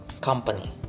Company